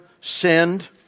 sinned